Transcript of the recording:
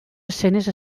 escenes